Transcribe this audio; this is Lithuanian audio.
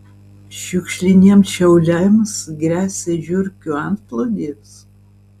šiukšliniems šiauliams gresia žiurkių antplūdis